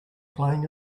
playing